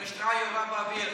שהמשטרה יורה באוויר?